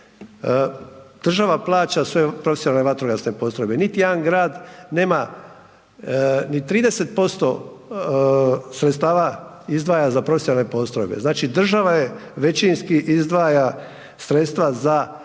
država plaća sve profesionalne vatrogasne postrojbe, niti jedan grad nema ni 30% sredstava izdvaja za profesionalne postrojbe, znači država većinski izdvaja sredstva za javne vatrogasne postrojbe.